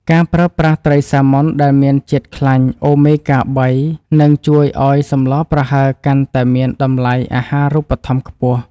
ការប្រើប្រាស់ត្រីសាម៉ុនដែលមានជាតិខ្លាញ់អូមេហ្គាបីនឹងជួយឱ្យសម្លប្រហើរកាន់តែមានតម្លៃអាហារូបត្ថម្ភខ្ពស់។